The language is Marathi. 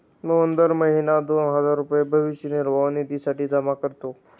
मोहन दर महीना दोन हजार रुपये भविष्य निर्वाह निधीसाठी जमा करतो